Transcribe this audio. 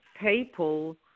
people